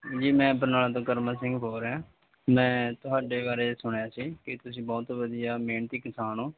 ਜੀ ਮੈਂ ਬਰਨਾਲਾ ਤੋਂ ਕਰਮਨ ਸਿੰਘ ਬੋਲ ਰਿਹਾ ਮੈਂ ਤੁਹਾਡੇ ਬਾਰੇ ਸੁਣਿਆ ਸੀ ਕਿ ਤੁਸੀਂ ਬਹੁਤ ਵਧੀਆ ਮਿਹਨਤੀ ਕਿਸਾਨ ਹੋ